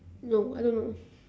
no I don't know